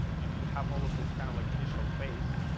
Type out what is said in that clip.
you have all of this kind of like initial base,